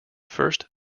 first